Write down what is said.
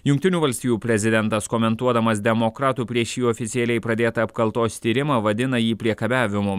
jungtinių valstijų prezidentas komentuodamas demokratų prieš jį oficialiai pradėtą apkaltos tyrimą vadina jį priekabiavimu